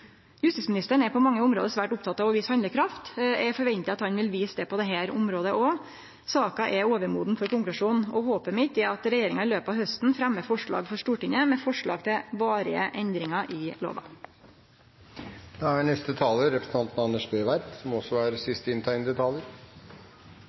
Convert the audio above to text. Justisministeren er på mange område svært oppteken av å vise handlekraft. Eg forventar at han vil vise det på dette området også. Saka er overmoden for konklusjon, og håpet mitt er at regjeringa i løpet av hausten fremjar forslag for Stortinget med forslag til varige endringar i lova. På mange måter kan jeg slutte meg til veldig mye av det